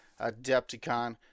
adepticon